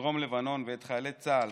בדרום לבנון ואת חיילי צה"ל